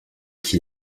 qu’il